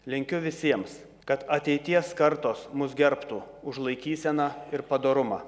linkiu visiems kad ateities kartos mus gerbtų už laikyseną ir padorumą